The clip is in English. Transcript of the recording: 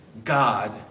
God